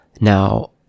Now